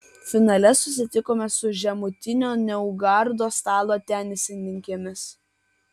finale susitikome su žemutinio naugardo stalo tenisininkėmis